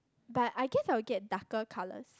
but I guess I will get darker colours